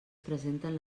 presenten